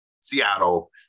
seattle